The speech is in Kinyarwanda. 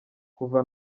kuva